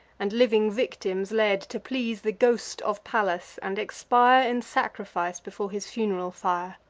and living victims led, to please the ghost of pallas, and expire, in sacrifice, before his fun'ral fire.